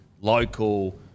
local